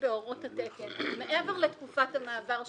בהוראות התקן מעבר לתקופת המעבר שניתנה,